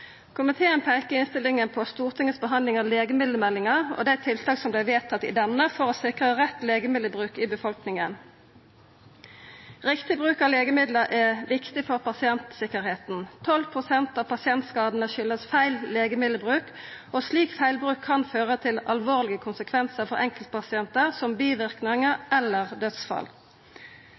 Komiteen peikar i innstillinga på Stortinget si behandling av legemiddelmeldinga og dei tiltaka som vart vedtatt i samband med ho, for å sikra rett legemiddelbruk i befolkninga. Riktig bruk av legemiddel er viktig for pasientsikkerheita. 12 pst. av pasientskadane kjem av feil legemiddelbruk, og slik feilbruk kan få alvorlege konsekvensar for enkeltpasientar, som biverknader eller dødsfall.